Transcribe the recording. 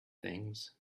things